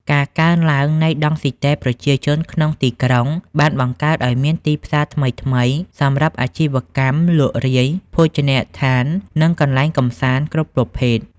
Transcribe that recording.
ការកើនឡើងនៃដង់ស៊ីតេប្រជាជនក្នុងទីក្រុង បានបង្កើតឱ្យមានទីផ្សារថ្មីៗសម្រាប់អាជីវកម្មលក់រាយ ភោជនីយដ្ឋាន និងកន្លែងកម្សាន្តគ្រប់ប្រភេទ។